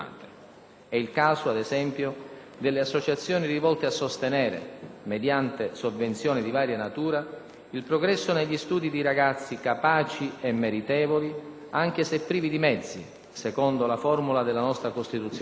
È il caso, ad esempio, delle associazioni rivolte a sostenere, mediante sovvenzioni di varia natura, il progresso negli studi di ragazzi "capaci e meritevoli, anche se privi di mezzi" (secondo la formula della nostra Costituzione),